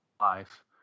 life